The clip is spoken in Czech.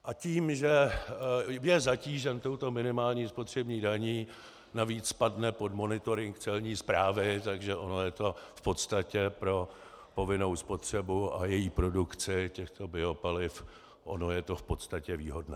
A tím, že je zatížen touto minimální spotřební daní, navíc padne pod monitoring celní správy, takže ono je to v podstatě pro povinnou spotřebu a její produkci těchto biopaliv, ono je to v podstatě výhodné.